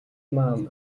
маань